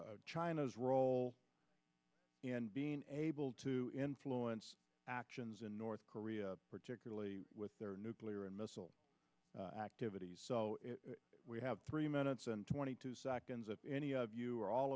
china's role in being able to influence actions in north korea particularly with their nuclear and missile activities we have three minutes and twenty two seconds of any of you or all